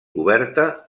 coberta